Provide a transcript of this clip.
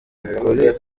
kuri